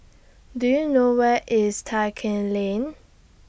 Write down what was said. Do YOU know Where IS Tai Keng Lane